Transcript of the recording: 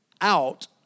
out